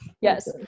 Yes